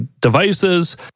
devices